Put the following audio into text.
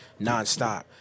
nonstop